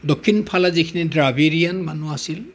দক্ষিণ ফালে যিখিনি দ্ৰাবিড়ীয়ান মানুহ আছিল